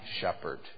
shepherd